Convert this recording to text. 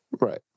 Right